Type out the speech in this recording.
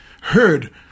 heard